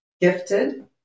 gifted